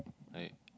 like